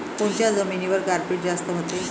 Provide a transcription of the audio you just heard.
कोनच्या जमिनीवर गारपीट जास्त व्हते?